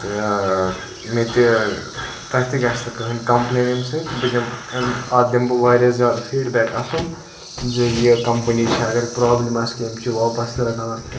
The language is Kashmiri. تہٕ مےٚ تہِ تۄہہِ تہِ گَژھہِ نہٕ کٕہٕنۍ کَمپٕلین امہ سۭتۍ بہٕ دِمہ اتھ دِمہ بہٕ واریاہ زیادٕ فیٖڈبیک اصٕل زِ یہِ کَمپٔنی چھَ اگر پرابلم آسہِ کینٛہہ یِم چھِ واپس تہِ رٹان